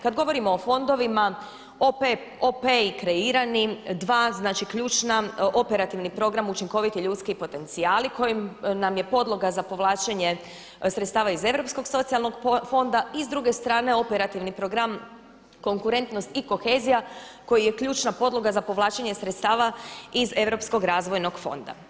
Kada govorimo o fondovima OP-i kreirani, dva znači ključna Operativni program učinkoviti ljudski potencijali koji nam je podloga za povlačenje sredstava iz Europskih socijalnog fonda i s druge strane operativni program konkurentnost i kohezija koji je ključna podloga za povlačenje sredstava iz Europskog razvojnog fonda.